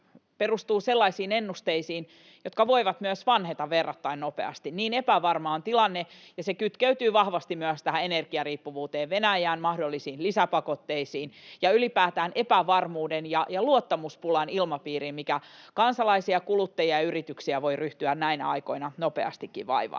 perustuu sellaisiin ennusteisiin, jotka voivat myös vanheta verrattain nopeasti — niin epävarma on tilanne ja se kytkeytyy vahvasti myös tähän energiariippuvuuteen Venäjästä, mahdollisiin lisäpakotteisiin ja ylipäätään epävarmuuden ja luottamuspulan ilmapiiriin, mikä kansalaisia, kuluttajia ja yrityksiä voi ryhtyä näinä aikoina nopeastikin vaivaamaan.